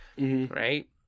right